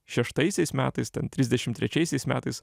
šeštaisiais metais ten trisdešim trečiaisiais metais